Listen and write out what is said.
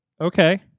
Okay